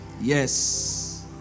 Yes